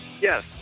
Yes